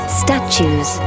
statues